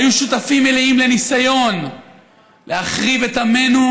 היו שותפים מלאים לניסיון להחריב את עמנו